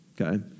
Okay